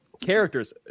characters